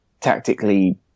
tactically